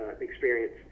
experience